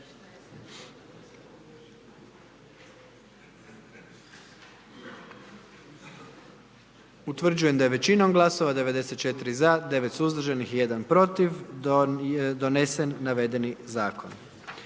Utvrđujem da je većinom glasova 78 za i 1 suzdržan i 20 protiv donijet zaključak kako